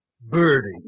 Birdie